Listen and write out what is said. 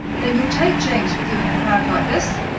then you'll take james with you, in a crowd like this,